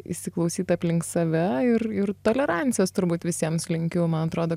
įsiklausyt aplink save ir ir tolerancijos turbūt visiems linkiu man atrodo